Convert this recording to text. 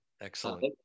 excellent